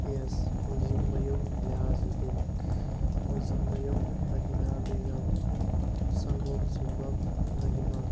yes ꯃꯣꯏꯖꯤꯡꯃꯌꯨꯝ ꯂꯦꯍꯥꯖ ꯎꯗꯤꯟ ꯃꯣꯏꯖꯤꯡꯃꯌꯨꯝ ꯔꯍꯤꯅꯥ ꯕꯦꯒꯝ ꯁꯪꯒꯣꯝꯁꯨꯝꯕꯝ ꯔꯍꯤꯃꯥ